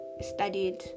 studied